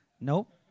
Nope